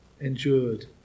endured